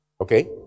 Okay